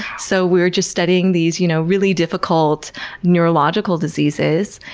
so we were just studying these you know really difficult neurological diseases,